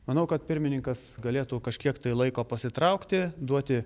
manau kad pirmininkas galėtų kažkiek laiko pasitraukti duoti